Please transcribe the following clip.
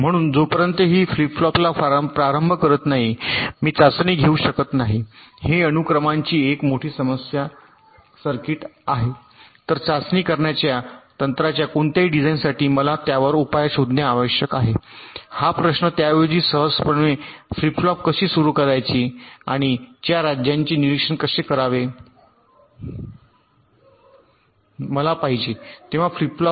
म्हणून जोपर्यंत मी फ्लिप फ्लॉपला प्रारंभ करत नाही मी चाचणी घेऊ शकत नाही ही अनुक्रमांची एक मोठी समस्या आहे सर्किट तर चाचणी करण्याच्या तंत्राच्या कोणत्याही डिझाइनसाठी मला त्यावर उपाय शोधणे आवश्यक आहे हा प्रश्न त्याऐवजी सहजपणे फ्लिप फ्लॉप कशी सुरू करायची आणि च्या राज्यांचे निरीक्षण कसे करावे मला पाहिजे तेव्हा फ्लिप फ्लॉप